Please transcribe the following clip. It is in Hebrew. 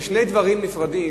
אלה שני דברים נפרדים.